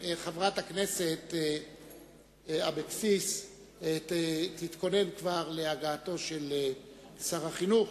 חברת הכנסת אבקסיס תתכונן כבר להגעתו של שר החינוך,